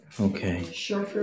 Okay